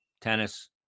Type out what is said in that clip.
tennis